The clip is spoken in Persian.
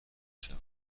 شود